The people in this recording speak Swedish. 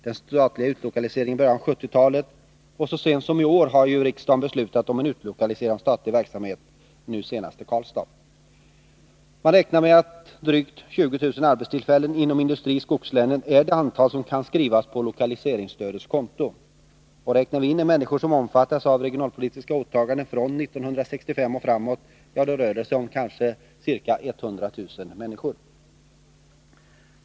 Den statliga utlokaliseringen ägde till största delen rum i början av 1970-talet, och så sent som i år har riksdagen beslutat om en utlokalisering av statlig verksamhet, nu senast till Karlstad. Man räknar med att drygt 20 000 arbetstillfällen inom industri i skogslänen är det antal som kan skrivas på lokaliseringsstödets konto. Och räknar vi in de människor som omfattas av regionalpolitiska åtaganden från 1965 och framåt, ja, då rör det sig kanske om ca 100 000 människor.